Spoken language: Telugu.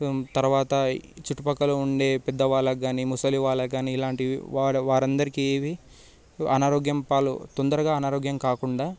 తర్వాత చుట్టుపక్కల ఉండే పెద్ద వాళ్ళకు కాని ముసలి వాళ్ళకు కాని ఇలాంటివి వారందరికీ ఇవి అనారోగ్యం పాలు తొందరగా అనారోగ్యం కాకుండా